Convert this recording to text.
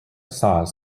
saws